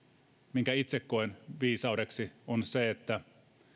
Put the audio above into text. minkä itse koen viisaudeksi on se että